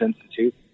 Institute